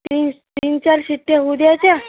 तीन तीन चार शिट्ट्या होऊ द्यायच्या